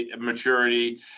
maturity